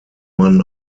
man